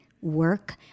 work